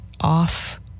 off